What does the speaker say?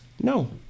No